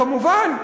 כמובן,